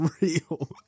real